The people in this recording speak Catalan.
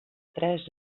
tres